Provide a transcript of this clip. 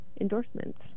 endorsements